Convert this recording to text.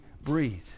breathe